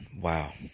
Wow